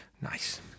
Nice